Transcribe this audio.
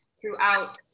throughout